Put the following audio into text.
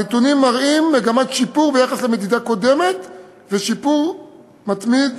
הנתונים מראים מגמת שיפור ביחס למדידה קודמת ושיפור מתמיד